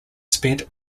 spent